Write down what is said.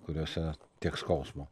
kuriose tiek skausmo